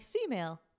female